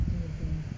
ah betul